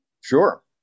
sure